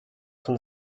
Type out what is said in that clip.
von